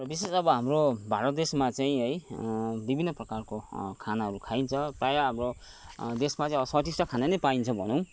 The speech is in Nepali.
विशेष अब हाम्रो भारत देशमा चाहिँ है विभिन्न प्रकारको खानाहरू खाइन्छ प्रायः हाम्रो देशमा चाहिँ स्वादिष्ट खाना नै पाइन्छ भनौँ